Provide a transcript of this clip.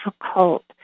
difficult